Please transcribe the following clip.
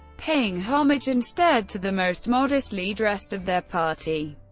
paying homage instead to the most modestly dressed of their party.